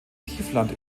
tiefland